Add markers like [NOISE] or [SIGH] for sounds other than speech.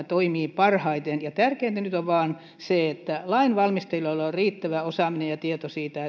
[UNINTELLIGIBLE] toimii parhaiten tärkeintä nyt on vain se että lainvalmistelijoilla on riittävä osaaminen ja tieto siitä [UNINTELLIGIBLE]